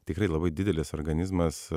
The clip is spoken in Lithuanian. tikrai labai didelis organizmas